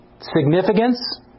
Significance